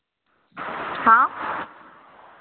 हाँ